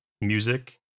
music